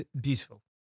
beautiful